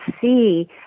see